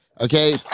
okay